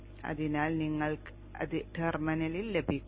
അതിനാൽ നിങ്ങൾക്ക് അത് ടെർമിനലിൽ ലഭിക്കും